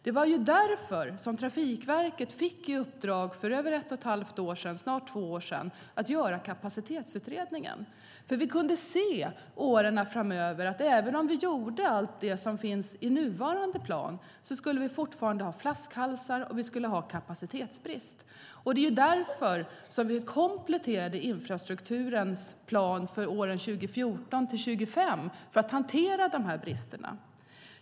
Det var därför Trafikverket för snart två år sedan fick i uppdrag att göra Kapacitetsutredningen. Vi kunde se under åren framöver att även om vi gjorde allt det som finns i den nuvarande planen skulle vi fortfarande ha flaskhalsar och kapacitetsbrist. Det är därför vi kompletterade infrastrukturens plan för åren 2014-2025. Det gjorde vi för att hantera dessa brister.